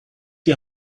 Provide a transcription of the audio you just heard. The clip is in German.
die